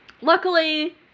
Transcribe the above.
Luckily